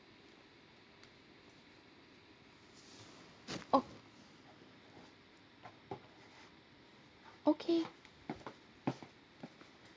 oh okay